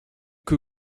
que